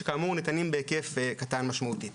שכאמור ניתנים בהיקף קטן משמעותית.